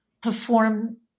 perform